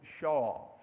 Shaw